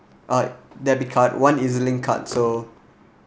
uh debit card one E_Z_link card so